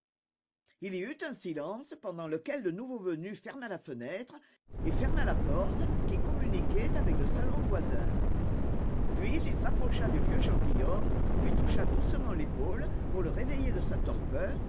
il y eut un silence pendant lequel le nouveau venu ferma la fenêtre et ferma la porte qui communiquait avec le salon voisin puis il s'approcha du vieux gentilhomme lui toucha doucement l'épaule pour le réveiller de sa torpeur